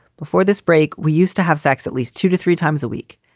before this break, we used to have sex at least two to three times a week.